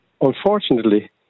unfortunately